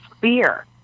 fear